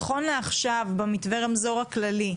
נכון לעכשיו במתווה הרמזור הכללי,